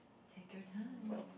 take your time